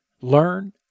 learn